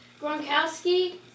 Gronkowski